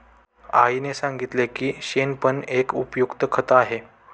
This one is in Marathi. आईने सांगितले की शेण पण एक उपयुक्त खत आहे